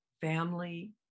family